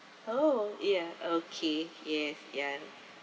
oh ya okay yes ya